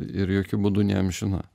ir jokiu būdu ne amžina